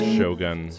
Shogun